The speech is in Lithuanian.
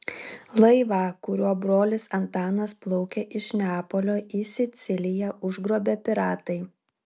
laivą kuriuo brolis antanas plaukė iš neapolio į siciliją užgrobė piratai